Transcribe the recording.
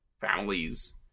families